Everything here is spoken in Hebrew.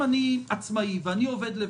אם אני עצמאי ואני עובד לבד,